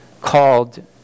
called